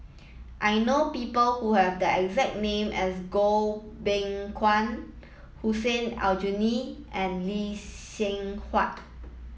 I know people who have the exact name as Goh Beng Kwan Hussein Aljunied and Lee Seng Huat